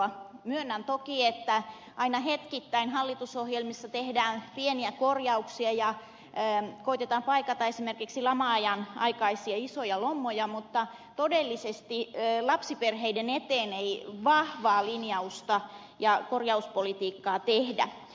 myönnän toki että aina hetkittäin hallitusohjelmissa tehdään pieniä korjauksia ja koetetaan paikata esimerkiksi lama ajan aikaisia isoja lommoja mutta todellisesti lapsiperheiden eteen ei vahvaa linjausta ja korjauspolitiikkaa tehdä